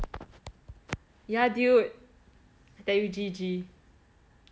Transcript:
yeah dude then you G_G